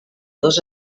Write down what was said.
dos